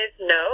no